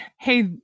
hey